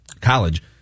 college